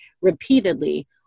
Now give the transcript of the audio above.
repeatedly